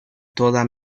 toda